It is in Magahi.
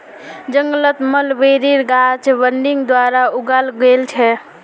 जंगलत मलबेरीर गाछ बडिंग द्वारा उगाल गेल छेक